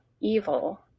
evil